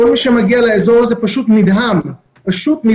כל מי שמגיע לאזור הזה פשוט נדהם מהיופי